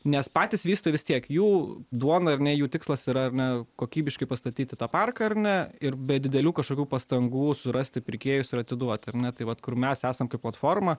nes patys vystojai vis tiek jų duona ar ne jų tikslas yra ar ne kokybiškai pastatyti tą parką ar ne ir be didelių kašokių pastangų surasti pirkėjus ir atiduot ar ne tai vat kur mes esam kaip platforma